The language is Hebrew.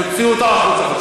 תוציאו אותי החוצה.